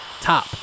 top